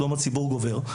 שלום הציבור גובר.